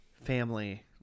family